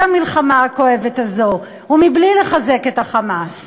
המלחמה הכואבת הזאת ובלי לחזק את ה"חמאס"?